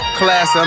class